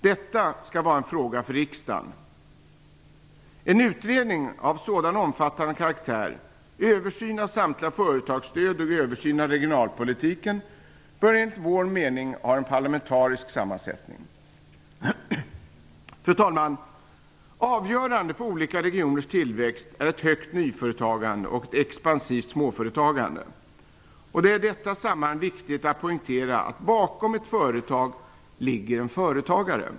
Detta skall vara en fråga för riksdagen. En utredning av sådan omfattande karaktär - översyn av samtliga företagsstöd och översyn av regionalpolitiken - bör enligt vår mening ha en parlamentarisk sammansättning. Fru talman! Avgörande för olika regioners tillväxt är ett högt nyföretagande och ett expansivt småföretagande. Det är i detta sammanhang viktigt att poängtera att det bakom ett företag ligger en företagare.